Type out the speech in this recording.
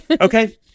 Okay